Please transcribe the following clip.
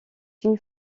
une